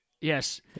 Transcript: Yes